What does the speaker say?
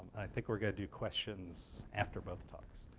think we're going to do questions after both talks.